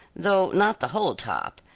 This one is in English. though not the whole top,